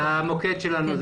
למוקד שלנו.